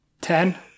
Ten